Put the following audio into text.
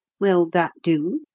will that do?